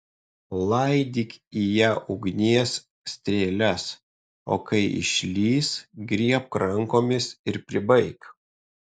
laidyk į ją ugnies strėles o kai išlįs griebk rankomis ir pribaik